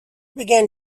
began